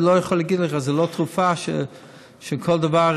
אני לא יכול להגיד לך, זה לא תרופה, שכל דבר,